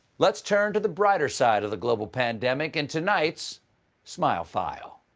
let's turn to the brighter side of the global pandemic in tonight's smile file.